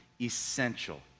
essential